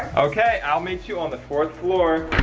okay, i'll meet you on the fourth floor.